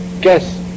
guess